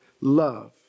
love